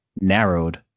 narrowed